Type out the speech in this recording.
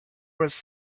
was